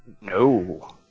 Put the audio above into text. No